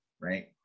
right